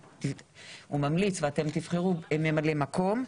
ממליץ ואתם תבחרו ממלא מקום.